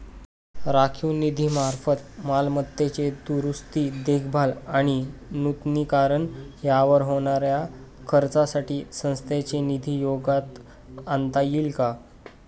राखीव निधीमार्फत मालमत्तेची दुरुस्ती, देखभाल आणि नूतनीकरण यावर होणाऱ्या खर्चासाठी संस्थेचा निधी उपयोगात आणता येईल का?